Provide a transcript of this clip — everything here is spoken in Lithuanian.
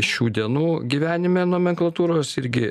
šių dienų gyvenime nomenklatūros irgi